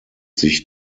sich